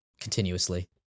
continuously